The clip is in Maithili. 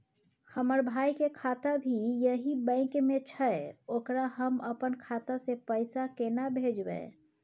हमर भाई के खाता भी यही बैंक में छै ओकरा हम अपन खाता से पैसा केना भेजबै?